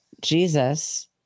Jesus